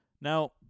Now